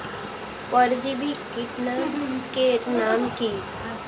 পরজীবী কীটনাশকের নাম কি?